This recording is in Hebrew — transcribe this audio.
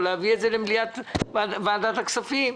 או להביא את זה למליאת ועדת הכספים,